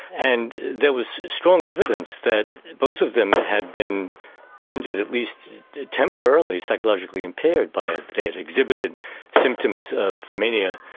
and there was strong evidence that both of them had been rendered at least temporarily psychologically impaired by it. they had exhibited symptoms of mania,